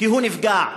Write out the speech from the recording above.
נפגע.